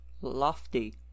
lofty